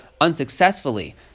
unsuccessfully